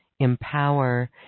empower